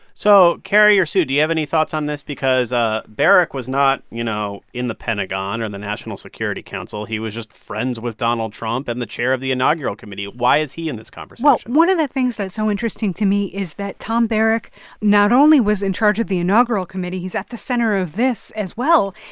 so, carrie or sue, do you have any thoughts on this? because ah barrack was not, you know, in the pentagon or the national security council. he was just friends with donald trump and the chair of the inaugural committee. why is he in this conversation? well, one of the things that's so interesting to me is that tom barrack not only was in charge of the inaugural committee. he's at the center of this, as well.